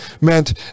meant